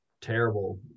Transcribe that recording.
terrible